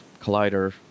collider